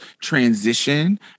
transition